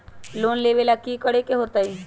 Loan लेबे ला की कि करे के होतई?